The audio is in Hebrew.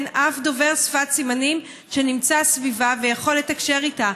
אין אף דובר שפת סימנים שנמצא סביבה ויכול לתקשר איתה.